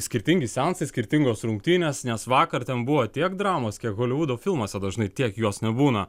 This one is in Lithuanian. skirtingi seansai skirtingos rungtynės nes vakar ten buvo tiek dramos kiek holivudo filmuose dažnai tiek jos nebūna